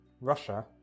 Russia